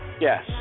Yes